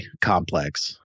complex